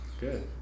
good